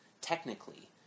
technically